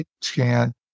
scan